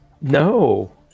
No